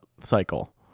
cycle